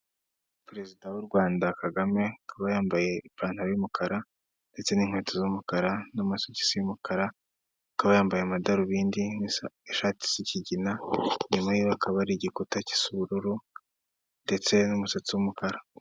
Perezida w'u Rwanda Kagame akaba yambaye ipantaro y'umukara ndetse n'inkweto z'umukara n'amasogisi y'umukara, akaba yambaye amadarubindi n'ishati isa ikigina nyuma yiwe hakaba hari igikuta cy'ubururu ndetse n'umusatsi w'umukara.